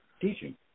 teaching